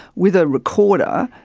with a recorder,